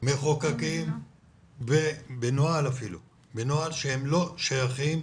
מחוקקים בנוהל אפילו, בנוהל, שהם לא שייכים